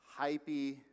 hypey